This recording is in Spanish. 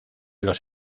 los